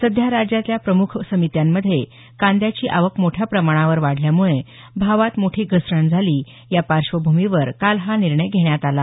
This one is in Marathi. सध्या राज्यातल्या प्रमुख बाजार समित्यांमध्ये कांद्याची आवक मोठ्या प्रमाणावर वाढल्यामुळे भावात मोठी घसरण झाली या पार्श्वभूमीवर काल हा निर्णय घेण्यात आला